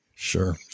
Sure